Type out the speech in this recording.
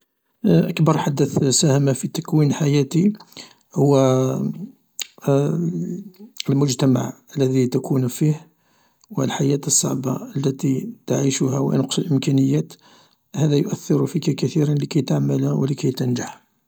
أكبر حدث ساهم في تكوين حياتي هو المجتمع الذي تكون فيه الحياة الصعبة التي نعيشها و نقص الإمكانيات هذا يؤثر فيك كثيرا لكي تعمل و لكي تنجح.